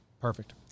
Perfect